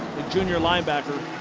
junior linebacker.